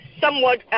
somewhat